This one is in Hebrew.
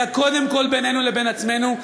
אלא קודם כול בינינו לבין עצמנו,